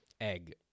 Egg